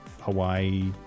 Hawaii